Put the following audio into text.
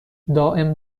دائم